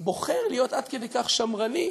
בוחר להיות עד כדי כך שמרני,